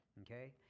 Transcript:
okay